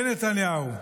כן, נתניהו,